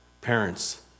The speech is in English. Parents